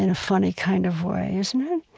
and funny kind of way, isn't